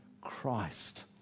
Christ